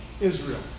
Israel